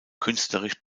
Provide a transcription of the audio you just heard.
künstlerisch